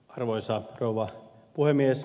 arvoisa rouva puhemies